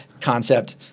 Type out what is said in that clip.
concept –